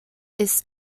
ist